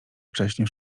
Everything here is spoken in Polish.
wcześnie